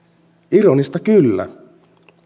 ironista kyllä